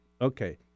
Okay